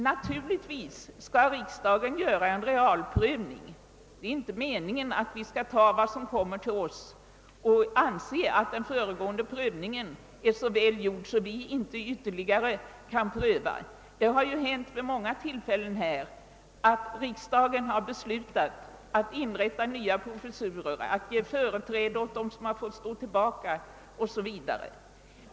Naturligtvis skall riksdagen också gö ra en realprövning. Det är inte meningen att vi utan vidare skall acceptera de förslag, som kommer till oss och anse att den föregående prövningen skulle vara så väl gjord att vi inte ytterligare kan överväga den. Det har ju hänt vid många tillfällen att riksdagen har beslutat att inrätta nya professurer, att ge företräde åt sådana som fått stå tillbaka o.s.v.